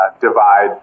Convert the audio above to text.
divide